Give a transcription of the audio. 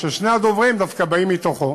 ששני הדוברים דווקא באים מתוכו,